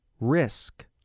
risk